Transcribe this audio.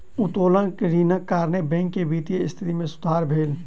उत्तोलन ऋणक कारणेँ बैंक के वित्तीय स्थिति मे सुधार भेल